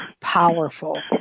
powerful